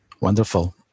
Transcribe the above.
Wonderful